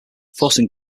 forcing